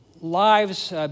lives